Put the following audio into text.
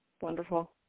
wonderful